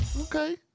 Okay